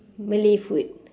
malay food